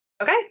okay